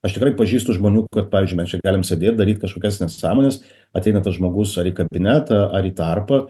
aš tikrai pažįstu žmonių kad pavyzdžiui mes čia galim sėdėt daryt kažkokias nesąmones ateina tas žmogus ar į kabinetą ar į tarpą